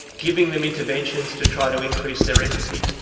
giving them interventions to try to increase their empathy.